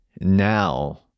now